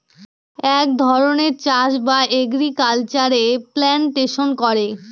এক ধরনের চাষ বা এগ্রিকালচারে প্লান্টেশন করে